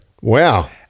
Wow